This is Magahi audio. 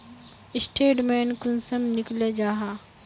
स्टेटमेंट कुंसम निकले जाहा?